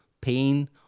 pain